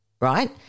right